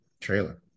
trailer